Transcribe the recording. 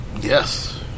Yes